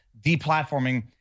deplatforming